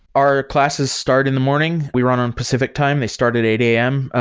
our classes start in the morning. we run on pacific time. they start at eight am.